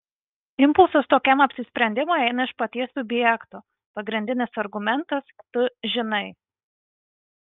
impulsas tokiam apsisprendimui eina iš paties subjekto pagrindinis argumentas tu žinai